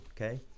okay